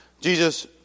Jesus